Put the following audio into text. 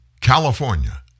California